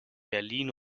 berlin